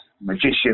magician